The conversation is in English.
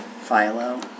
Philo